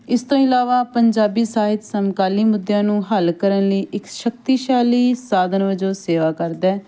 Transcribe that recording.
ਇਸ ਤੋਂ ਇਲਾਵਾ ਪੰਜਾਬੀ ਸਾਹਿਤ ਸਮਕਾਲੀ ਮੁੱਦਿਆਂ ਨੂੰ ਹੱਲ ਕਰਨ ਲਈ ਇੱਕ ਸ਼ਕਤੀਸ਼ਾਲੀ ਸਾਧਨ ਵਜੋਂ ਸੇਵਾ ਕਰਦਾ ਹੈ